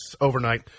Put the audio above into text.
overnight